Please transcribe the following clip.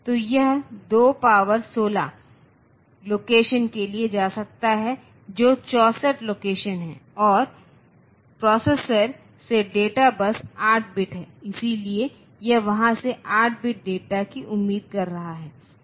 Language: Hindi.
तो यह 2 पावर 16 लोकेशन के लिए जा सकता है जो 64 लोकेशन है और प्रोसेसर से डेटा बस 8 बिट है इसलिए यह वहां से 8 बिट डेटा की उम्मीद कर रहा है